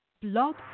Blog